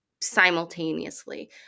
simultaneously